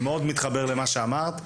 אני מאוד מתחבר למה שאמרת,